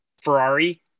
Ferrari